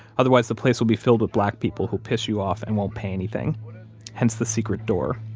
otherwise, the place will be filled with black people who'll piss you off and won't pay anything hence the secret door